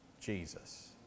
Jesus